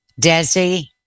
Desi